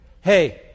Hey